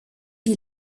die